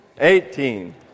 eighteen